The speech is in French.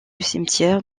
cimetière